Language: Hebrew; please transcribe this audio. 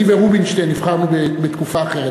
אני ורובינשטיין נבחרנו בתקופה אחרת,